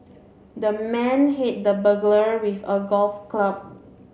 the man hit the burglar with a golf club